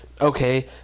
Okay